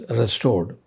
restored